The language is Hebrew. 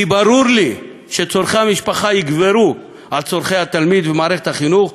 כי ברור לי שצורכי המשפחה יגברו על צורכי התלמיד ומערכת החינוך,